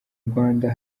rwanda